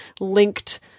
linked